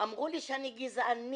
אמרו לי שאני גזענית.